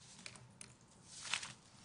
הישיבה